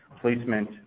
placement